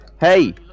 Hey